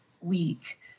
week